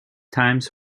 times